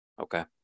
Okay